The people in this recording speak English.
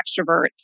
extroverts